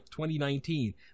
2019